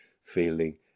feeling